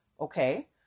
okay